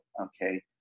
okay